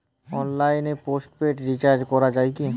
অনলাইনে postpaid recharge করা যায় কি?